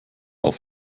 auf